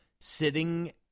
sitting